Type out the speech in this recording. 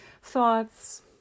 thoughts